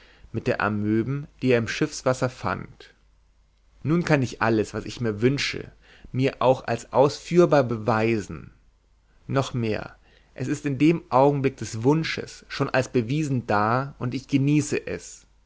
mit der der amöben die er im schiffswasser fand nun kann ich alles was ich mir wünsche mir auch als ausführbar beweisen noch mehr es ist in dem augenblick des wunsches schon als bewiesen da und ich genieße es